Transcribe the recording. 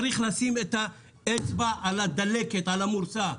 צריך לשים את האצבע על הדלקת, על המורסה.